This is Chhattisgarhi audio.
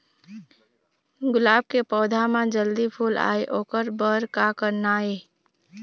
गुलाब के पौधा म जल्दी फूल आय ओकर बर का करना ये?